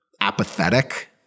apathetic